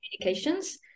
communications